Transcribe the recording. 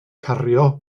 cario